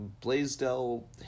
Blaisdell